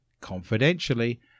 confidentially